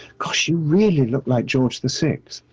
gosh, you really look like george the sixth.